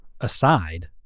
aside